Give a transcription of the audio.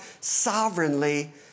sovereignly